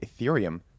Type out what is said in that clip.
Ethereum